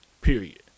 Period